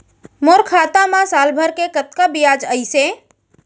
मोर खाता मा साल भर के कतका बियाज अइसे?